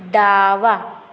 डावा